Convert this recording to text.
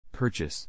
Purchase